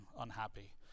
unhappy